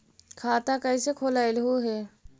खाता कैसे खोलैलहू हे?